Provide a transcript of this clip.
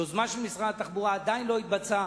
יוזמה של משרד התחבורה עדיין לא התבצעה,